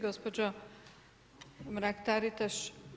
Gospođo Mrak-Taritaš.